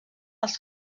els